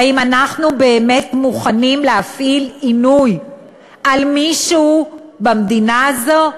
האם אנחנו באמת מוכנים להפעיל עינוי על מישהו במדינה הזו?